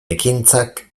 ekintzak